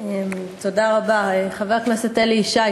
תודה רבה, חבר הכנסת אלי ישי.